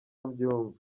mbyumva